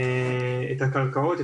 את הקרקעות,